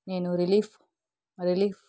నేను relief relief